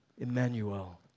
Emmanuel